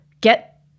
get